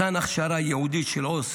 מתן הכשרה ייעודית של עו"ס